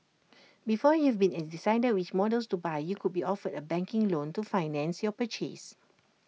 before you've even decided which models to buy you could be offered A banking loan to finance your purchase